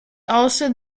also